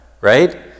right